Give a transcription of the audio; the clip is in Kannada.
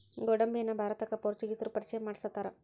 ಗೋಡಂಬಿಯನ್ನಾ ಭಾರತಕ್ಕ ಪೋರ್ಚುಗೇಸರು ಪರಿಚಯ ಮಾಡ್ಸತಾರ